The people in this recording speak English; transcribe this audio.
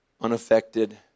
unaffected